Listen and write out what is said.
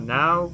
now